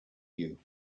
you